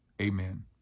Amen